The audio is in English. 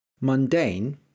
Mundane